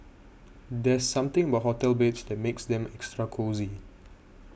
there's something about hotel beds that makes them extra cosy